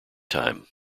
time